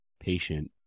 patient